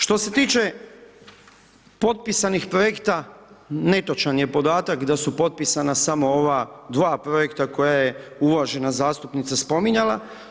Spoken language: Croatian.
Što se tiče potpisanih projekta netočan je podatak da su potpisana samo ova dva projekta koja je uvažena zastupnica spominjala.